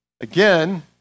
Again